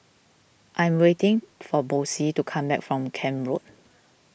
I'm waiting for Boysie to come back from Camp Road